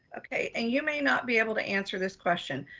okay. and you may not be able to answer this question.